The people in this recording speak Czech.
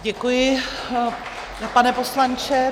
Děkuji, pane poslanče.